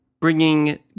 bringing